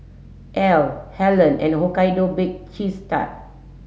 Elle Helen and Hokkaido Baked Cheese Tart